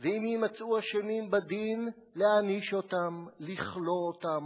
ואם יימצאו אשמים בדין, להעניש אותם, לכלוא אותם.